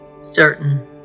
certain